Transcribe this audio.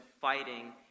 fighting